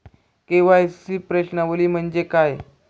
KYC प्रश्नावली म्हणजे काय?